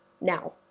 now